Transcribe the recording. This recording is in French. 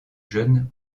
jeunes